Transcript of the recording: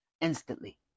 Instantly